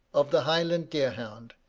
of the highland deer-hound,